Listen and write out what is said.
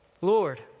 Lord